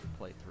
playthrough